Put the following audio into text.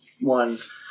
ones